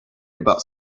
about